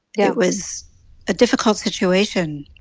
yeah it was a difficult situation